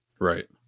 Right